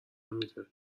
میده